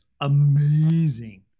amazing